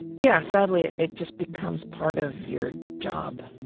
yeah sadly it it just becomes part of your job.